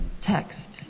text